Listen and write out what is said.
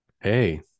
Hey